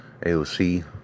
AOC